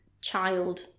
child